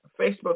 Facebook